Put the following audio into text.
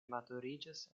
maturiĝas